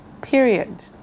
period